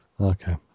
Okay